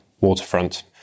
waterfront